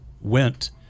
went